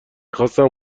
خواستم